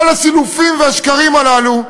כל הסילופים והשקרים הללו,